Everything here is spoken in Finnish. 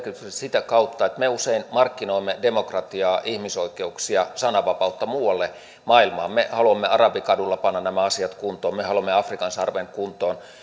sitä kautta että me usein markkinoimme demokratiaa ihmisoikeuksia ja sananvapautta muualle maailmaan me haluamme arabikadulla panna nämä asiat kuntoon me haluamme afrikan sarven kuntoon